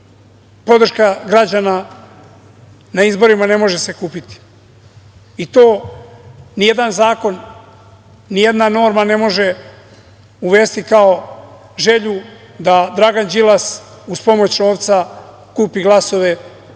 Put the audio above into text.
prodaju. Podrška građana na izborima ne može se kupiti. To ni jedan zakon, ni jedna norma ne može uvesti kao želju da Dragan Đilas uz pomoć novca kupi glasove i dođe